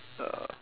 uh